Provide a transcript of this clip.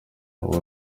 uwo